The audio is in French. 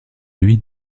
lui